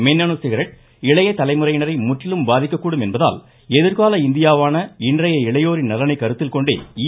மின்னணு சிகரெட் இளைய தலைமுறையினரை முற்றிலும் பாதிக்கக்கூடும் என்பதால் எதிர்கால இந்தியாவான இன்றைய இளையோரின் நலனை கருத்தில்கொண்டே ஈ